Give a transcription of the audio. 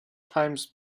times